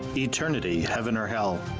eternity heaven or hell.